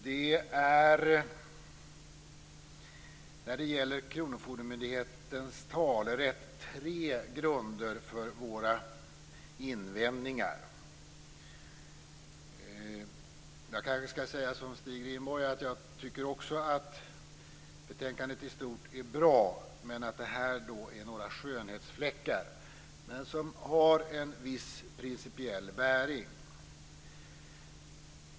När det gäller kronofogdemyndigheternas talerätt finns det tre grunder för våra invändningar. Jag tycker som Stig Rindborg att betänkandet i stort är bra, men det finns några skönhetsfläckar som har en viss principiell bäring.